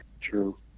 True